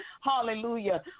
hallelujah